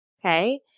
okay